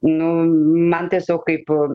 nu man tiesiog kaip